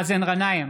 נגד מאזן גנאים,